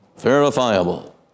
Verifiable